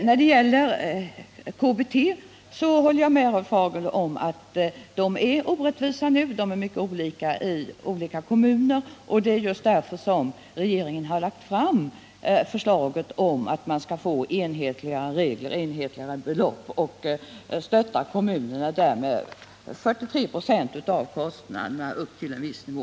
När det gäller det kommunala bostadstillägget håller jag med Rolf Hagel om att de är orättvisa nu. De är mycket olika i olika kommuner, och det är just därför som regeringen har lagt fram förslaget om enhetliga belopp och att staten skall stötta kommunerna med 43 96 av kostnaderna upp till en viss nivå.